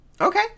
Okay